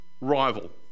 rival